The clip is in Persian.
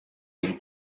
این